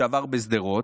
שעבר בשדרות,